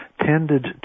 tended